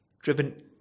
Driven